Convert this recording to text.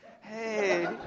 Hey